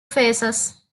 phases